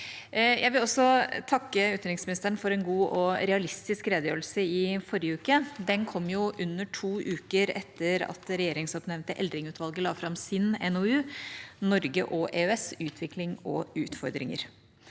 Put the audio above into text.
Jeg vil også takke utenriksministeren for en god og realistisk redegjørelse i forrige uke. Den kom under to uker etter at det regjeringsoppnevnte Eldring-utvalget la fram sin NOU, Norge og EØS: Utvikling og erfaringer.